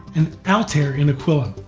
and altair in aquila.